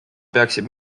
peaksid